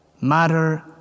Matter